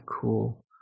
cool